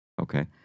Okay